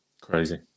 crazy